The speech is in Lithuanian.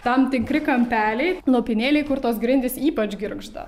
tam tikri kampeliai lopinėliai kur tos grindys ypač girgžda